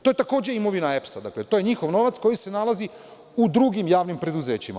To je takođe imovina EPS-a, to je njihov novac koji se nalazi u drugim javnim preduzećima.